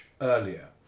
earlier